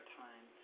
time